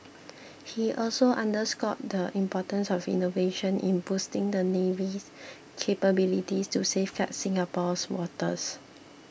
he also underscored the importance of innovation in boosting the navy's capabilities to safeguard Singapore's waters